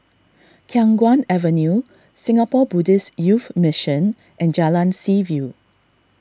Khiang Guan Avenue Singapore Buddhist Youth Mission and Jalan Seaview